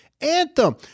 anthem